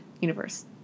universe